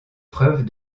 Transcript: preuves